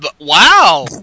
wow